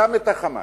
גם את ה"חמאס".